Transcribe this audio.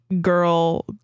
girl